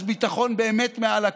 אז ביטחון באמת מעל הכול,